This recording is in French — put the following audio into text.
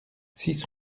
six